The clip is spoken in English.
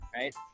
right